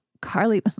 Carly